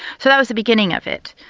so that was the beginning of it.